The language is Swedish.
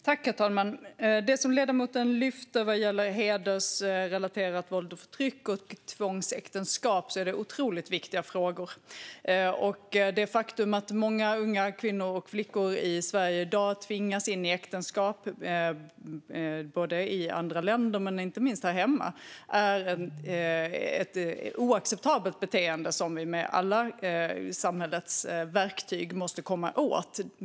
Herr talman! De frågor som ledamoten lyfter fram vad gäller hedersrelaterat våld och förtryck och tvångsäktenskap är otroligt viktiga. Det faktum att många unga kvinnor och flickor i Sverige i dag tvingas in i äktenskap både i andra länder och inte minst här hemma är oacceptabelt och något som vi med alla samhällets verktyg måste komma åt.